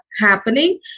happening